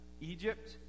Egypt